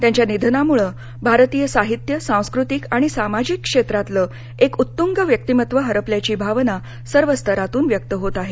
त्यांच्या निधनामुळं भारतीय साहित्य सांस्कृतिक आणि सामाजिक क्षेत्रातलं एक उत्तुंग व्यक्तिमत्व हरपल्याची भावना सर्व स्तरातून व्यक्त होत आहे